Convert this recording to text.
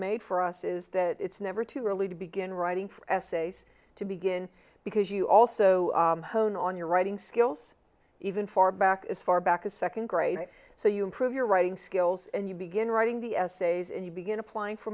made for us is that it's never too early to begin writing essays to begin because you also hone on your writing skills even far back as far back as second grade so you improve your writing skills and you begin writing the essays and you begin applying for